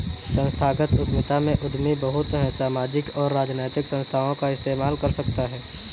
संस्थागत उद्यमिता में उद्यमी बहुत से सामाजिक और राजनैतिक संस्थाओं का इस्तेमाल कर सकता है